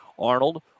Arnold